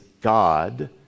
God